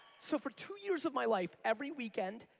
so for two years of my life, every weekend,